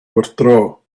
withdraw